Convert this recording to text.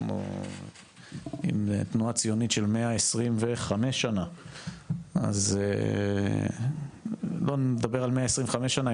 אנחנו עם תנועה ציונית של 125 שנה אז לא נדבר על 125 שנה,